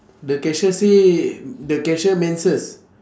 the cashier say the cashier menses